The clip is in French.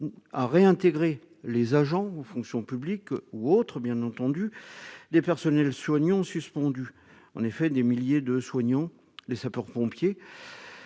à réintégrer les agents en fonction publique ou autre bien entendu les personnels soignants, suspendu, en effet, des milliers de soignants, les sapeurs-pompiers,